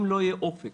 אם לא יהיה אופק